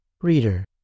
Reader